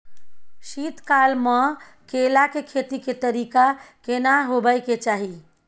शीत काल म केला के खेती के तरीका केना होबय के चाही?